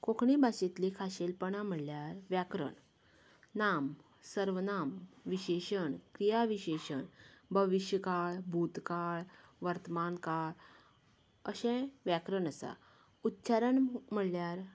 कोंकणी भाशेंतली खाशेलपणां म्हळ्यार व्याकरण नाम सर्वनाम विशेशण क्रियाविशेशण भविश्य काळ भूतकाळ वर्तमानकाळ अशें व्याकरण आसा उच्चारण म्हळ्यार